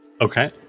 Okay